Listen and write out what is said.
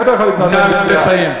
איפה אתה יכול לקנות דירה, למה?